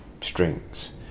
strings